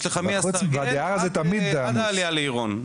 יש לך פקק מצומת הסרגל ועד העלייה לעירון.